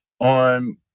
On